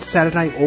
Saturday